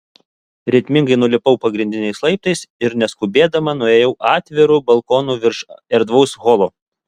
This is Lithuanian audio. ritmingai nulipau pagrindiniais laiptais ir neskubėdama nuėjau atviru balkonu virš erdvaus holo